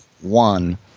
one